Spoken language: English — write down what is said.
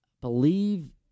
believe